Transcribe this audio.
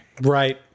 Right